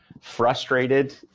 frustrated